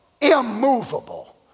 immovable